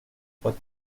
trois